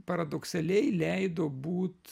paradoksaliai leido būt